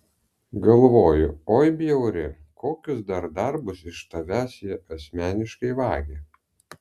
galvoju oi bjauri kokius dar darbus iš tavęs jie asmeniškai vagia